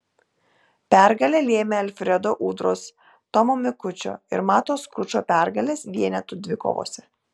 pergalę lėmė alfredo udros tomo mikučio ir mato skučo pergalės vienetų dvikovose